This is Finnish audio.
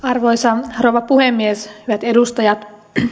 arvoisa rouva puhemies hyvät edustajat